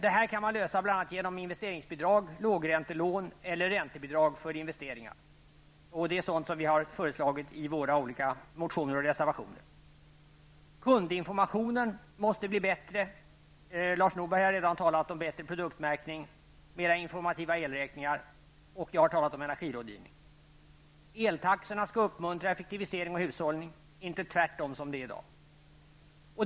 Detta kan man lösa bl.a. genom investeringsbidrag, lågräntelån eller räntebidrag för investeringar. Detta är sådant som vi har föreslagit i våra olika motioner och reservationer. Kundinformationen måste bli bättre. Lars Norberg har redan talat om bättre produktmärkning, mer informativa elräkningar, och jag har talat om energirådgivning. Eltaxorna skall uppmuntra effektivisering och hushållning, inte tvärtom som det är i dag.